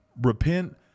Repent